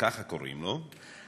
ככה קוראים לו,